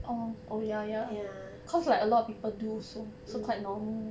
ya mm